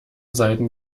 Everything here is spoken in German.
seiten